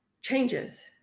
Changes